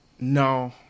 No